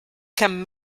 can